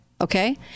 Okay